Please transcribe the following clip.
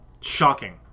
Shocking